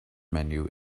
menu